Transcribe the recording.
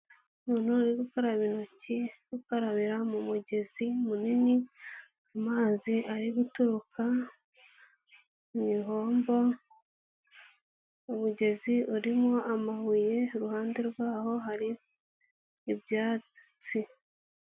Umuntu uri gukaraba intoki, uri gukarabira mu mugezi munini, amazi ari guturuka mu ihombo, umugezi urimo amabuye, iruhande rwaho hari ibyatsi.